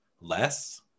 less